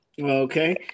Okay